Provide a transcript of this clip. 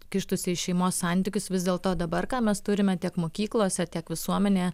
kištųsi į šeimos santykius vis dėl to dabar ką mes turime tiek mokyklose tiek visuomenėje